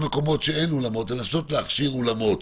מקומות שאין אולמות לנסות להכשיר אולמות,